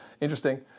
interesting